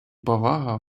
повага